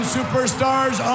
Superstars